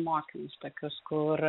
mokinius tokius kur